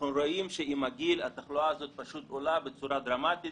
אנחנו רואים שעם הגיל התחלואה הזאת עולה בצורה דרמטית